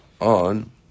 on